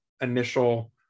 initial